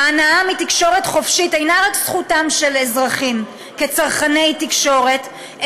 ההנאה מתקשורת חופשית אינה זכותם של האזרחים רק כצרכני התקשורת,